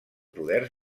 poders